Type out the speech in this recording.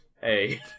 Hey